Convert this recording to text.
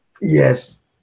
Yes